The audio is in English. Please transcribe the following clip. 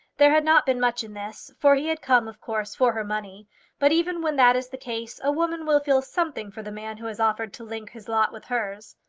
there had not been much in this for he had come, of course, for her money but even when that is the case a woman will feel something for the man who has offered to link his lot with hers.